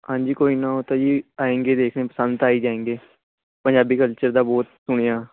ਹਾਂਜੀ ਕੋਈ ਨਾ ਉਹ ਤਾਂ ਜੀ ਆਏਗੇ ਦੇਖ ਪਸੰਦ ਆਈ ਜਾਏਗੇ ਪੰਜਾਬੀ ਕਲਚਰ ਦਾ ਬਹੁਤ ਸੁਣਿਆ